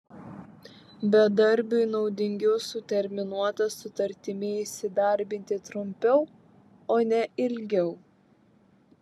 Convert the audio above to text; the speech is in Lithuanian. bedarbiui naudingiau su terminuota sutartimi įsidarbinti trumpiau o ne ilgiau